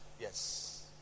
Yes